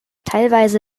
teilweise